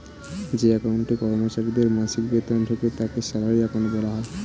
যে অ্যাকাউন্টে কর্মচারীদের মাসিক বেতন ঢোকে তাকে স্যালারি অ্যাকাউন্ট বলা হয়